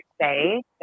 say